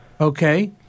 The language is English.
Okay